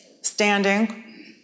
standing